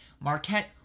Marquette